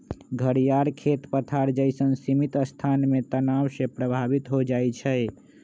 घरियार खेत पथार जइसन्न सीमित स्थान में तनाव से प्रभावित हो जाइ छइ